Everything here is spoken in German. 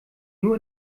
nur